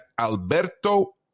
Alberto